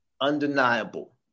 undeniable